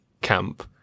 camp